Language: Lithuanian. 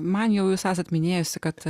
man jau jūs esat minėjusi kad